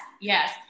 yes